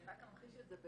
אני רק אמחיש את זה.